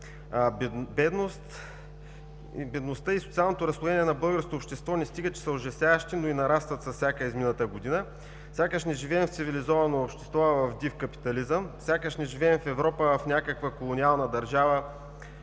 Бедността и социалното разслоение на българското общество не стига че са ужасяващи, но и нарастват с всяка изминала година. Сякаш не живеем в цивилизовано общество, а в див капитализъм, сякаш не живеем в Европа, а в някаква колониална държава